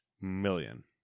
Million